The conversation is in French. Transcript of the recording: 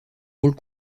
rôle